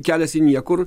kelias į niekur